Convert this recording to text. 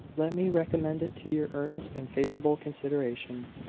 let me recommend it to your earnest and favourable consideration.